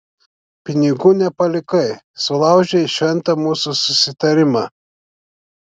pinigų nepalikai sulaužei šventą mūsų susitarimą